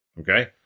Okay